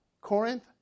Corinth